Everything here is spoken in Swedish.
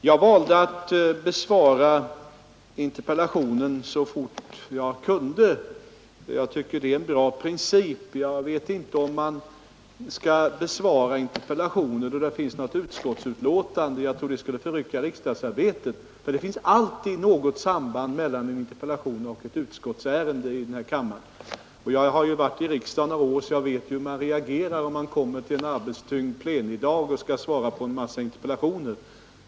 Herr talman! Jag valde att besvara interpellationen så fort jag kunde; jag tycker det är en bra princip. Jag vet inte om man skall besvara interpellationer då det föreligger ett utskottsbetänkande i samma ärende. Jag tror att det skulle förrycka riksdagsarbetet, eftersom det alltid finns något samband mellan en interpellation och ett utskottsärende. Jag har varit i riksdagen några år så jag vet hur reaktionen blir om man på en arbetstyngd plenidag skall svara på en massa interpellationer.